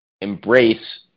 embrace